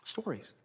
stories